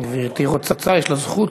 גברתי רוצה, יש לה זכות.